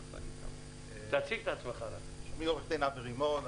אני עורך דין אבי רימון,